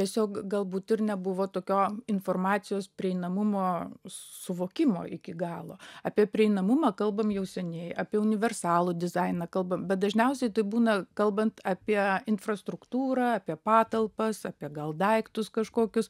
tiesiog galbūt ir nebuvo tokio informacijos prieinamumo suvokimo iki galo apie prieinamumą kalbam jau seniai apie universalų dizainą kalbam bet dažniausiai tai būna kalbant apie infrastruktūrą apie patalpas apie gal daiktus kažkokius